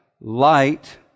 light